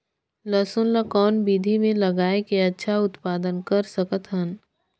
लसुन ल कौन विधि मे लगाय के अच्छा उत्पादन कर सकत हन?